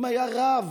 אם היה רב